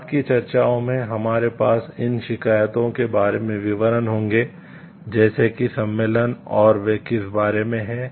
बाद की चर्चाओं में हमारे पास इन शिकायतों के बारे में विवरण होंगे जैसे कि सम्मेलन और वे किस बारे में हैं